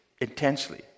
intensely